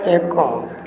ଏକ